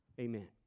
Amen